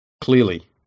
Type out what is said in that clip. clearly